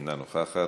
אינה נוכחת,